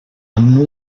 amb